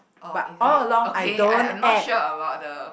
oh is it okay I I'm not sure about the